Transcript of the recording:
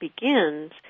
begins